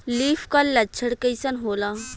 Leaf curl लक्षण कइसन होला?